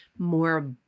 More